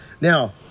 Now